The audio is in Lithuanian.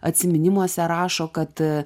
atsiminimuose rašo kad